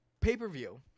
pay-per-view